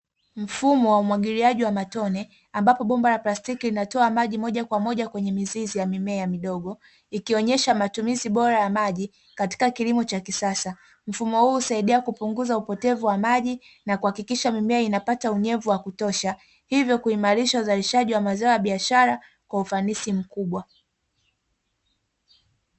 Mfumo wa umwagiliaji wa matone ambapo ya plastiki inatoa maji moja kwa moja kwenye mizizi ya mimea mdogo ikiwaonyesha matumizi bora ya maji katika kilimo cha kisasa. Mfumo huu husaidia kupunguza upotevu wa maji na kuhakikisha mimea inapata unyevu wakutosha, hivyo kuimarisha mazao ya biashara kwa ufanisi mkubwa.